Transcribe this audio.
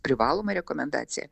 privaloma rekomendacija